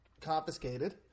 confiscated